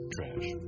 Trash